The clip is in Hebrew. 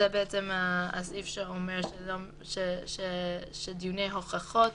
זה הסעיף שאומר שדיוני הוכחות